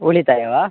ಉಳಿತಾಯವೆ